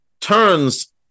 Turns